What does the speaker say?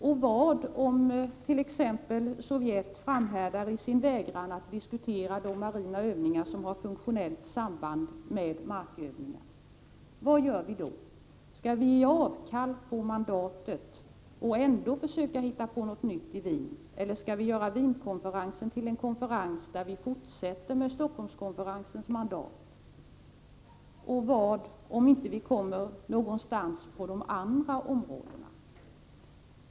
Och vad händer om t.ex. Sovjet framhärdar i sin vägran att diskutera de marina övningar som har funktionellt samband med markövningar? Vad gör vi då? Skall vi ge avkall på mandatet och ändå försöka hitta på något nytt i Wien? Eller skall vi göra Wienkonferensen till en konferens där vi fortsätter med Helsingforsskonferensens mandat? Och vad händer om vi inte kommer någonstans på de andra områdena?